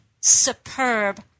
superb